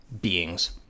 beings